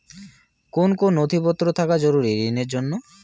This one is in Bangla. কোন কোন নথিপত্র থাকা জরুরি ঋণের জন্য?